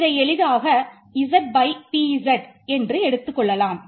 இதை எளிதாக ZpZ என்று எடுத்துக்கொள்ளலாம்